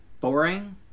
boring